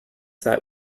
sat